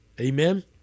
Amen